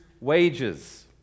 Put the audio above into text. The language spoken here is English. wages